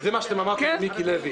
זה מה שאתם אמרתם למיקי לוי.